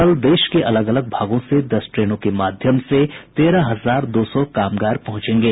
कल देश के अलग अलग भागों से दस ट्रेनों के माध्यम से तेरह हजार दो सौ कामगार पहुंचेंगे